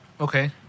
Okay